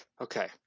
Okay